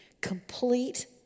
complete